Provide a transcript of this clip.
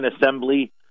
Assembly